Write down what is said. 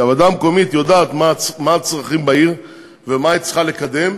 כי הוועדה המקומית יודעת מה הצרכים בעיר ומה היא צריכה לקדם,